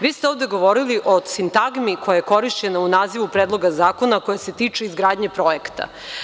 Vi ste ovde govorili o sintagmi, koja je korišćena u nazivu Predloga zakona, a koja se tiče izgradnje projekta.